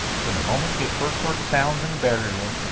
from the moment he had first heard sounds in the battery room,